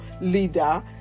leader